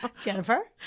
Jennifer